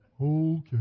Okay